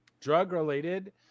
drug-related